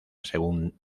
según